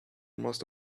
most